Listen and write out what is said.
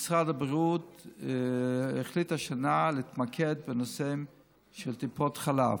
משרד הבריאות החליט השנה להתמקד בנושא של טיפות חלב.